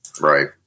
Right